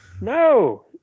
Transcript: No